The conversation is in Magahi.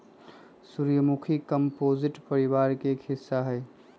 सूर्यमुखी कंपोजीटी परिवार के एक हिस्सा हई